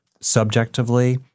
subjectively